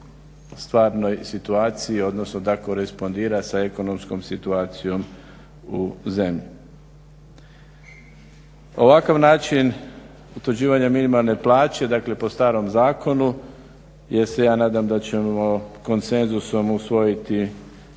stvarnoj situaciji, odnosno da korespondira sa ekonomskom situacijom u zemlji. Ovakav način utvrđivanja minimalne plaće, dakle po starom zakonu, jer se ja nadam da ćemo konsenzusom usvojiti